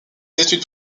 études